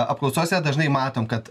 apklausose dažnai matom kad